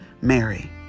Mary